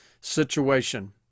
situation